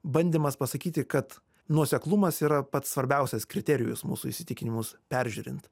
bandymas pasakyti kad nuoseklumas yra pats svarbiausias kriterijus mūsų įsitikinimus peržiūrint